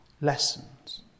lessons